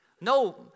No